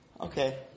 Okay